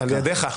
על ידך.